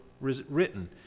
written